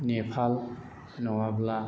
नेपाल नङाब्ला